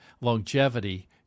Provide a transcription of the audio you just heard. longevity